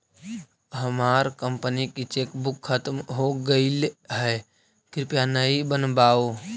हमार कंपनी की चेकबुक खत्म हो गईल है, कृपया नई बनवाओ